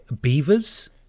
Beavers